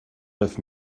neuf